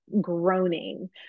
groaning